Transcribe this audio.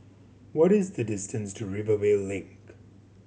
what is the distance to Rivervale Link